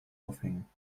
aufhängen